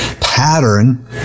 pattern